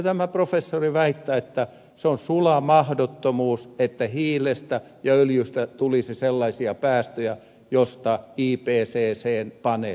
tämä professori väittää että se on sula mahdottomuus että hiilestä ja öljystä tulisi sellaisia päästöjä joista ipccn paneeli puhuu